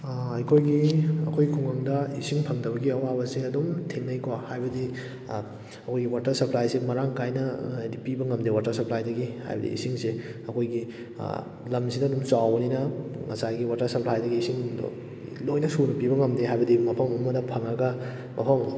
ꯑꯩꯈꯣꯏꯒꯤ ꯑꯩꯈꯣꯏ ꯈꯨꯡꯒꯪꯗ ꯏꯁꯤꯡ ꯐꯪꯗꯕꯒꯤ ꯑꯋꯥꯕꯁꯤ ꯑꯗꯨꯝ ꯊꯦꯡꯅꯩꯀꯣ ꯍꯥꯏꯕꯗꯤ ꯑꯩꯍꯣꯏꯒꯤ ꯋꯥꯇꯔ ꯁꯄ꯭ꯂꯥꯏꯁꯤ ꯃꯔꯥꯡ ꯀꯥꯏꯅ ꯍꯥꯏꯗꯤ ꯄꯤꯕ ꯉꯝꯗꯦ ꯋꯥꯇꯔ ꯁꯄ꯭ꯂꯥꯏꯗꯒꯤ ꯍꯥꯏꯕꯗꯤ ꯏꯁꯤꯡꯁꯦ ꯑꯩꯈꯣꯏꯒꯤ ꯂꯝꯁꯤꯅ ꯑꯗꯨꯝ ꯆꯥꯎꯕꯅꯤꯅ ꯉꯁꯥꯏꯒꯤ ꯋꯥꯇꯔ ꯁꯄ꯭ꯂꯥꯏꯗꯒꯤ ꯏꯁꯤꯡꯗꯣ ꯂꯣꯏꯅ ꯁꯨꯅ ꯄꯤꯕ ꯉꯝꯗꯦ ꯍꯥꯏꯕꯗꯤ ꯃꯐꯝ ꯑꯃꯗ ꯐꯪꯂꯒ ꯃꯐꯝ